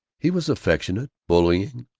he was affectionate, bullying,